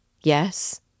yes